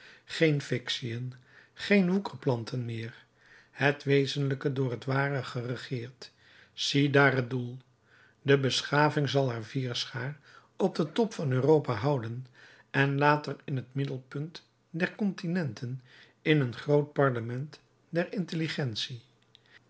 geen fictiën geen woekerplanten meer het wezenlijke door het ware geregeerd ziedaar het doel de beschaving zal haar vierschaar op den top van europa houden en later in het middenpunt der continenten in een groot parlement der intelligentie